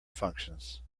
functions